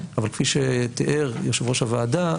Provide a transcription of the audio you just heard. אבל כפי שתיאר יושב-ראש הוועדה,